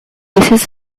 races